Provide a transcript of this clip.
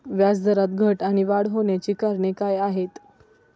व्याजदरात घट आणि वाढ होण्याची कारणे काय आहेत?